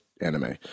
anime